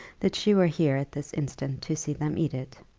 that she were here at this instant to see them eat it.